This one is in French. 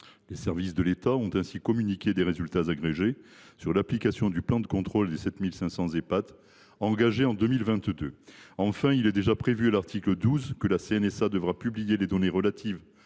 Les services de l’État ont ainsi communiqué des résultats agrégés sur l’application du plan de contrôle des 7 500 Ehpad engagé en 2022. Enfin, l’article 12 prévoit déjà que la CNSA devra publier des données relatives